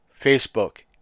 Facebook